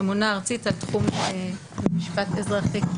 ממונה ארצית על תחום משפט אזרחי.